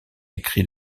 écrit